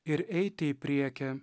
ir eiti į priekį